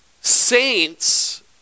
saints